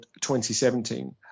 2017